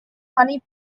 honey